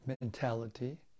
mentality